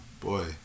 boy